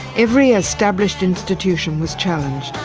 every established institution was challenged,